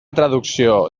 traducció